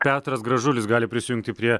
petras gražulis gali prisijungti prie